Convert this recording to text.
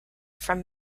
from